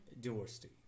diversity